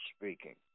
speaking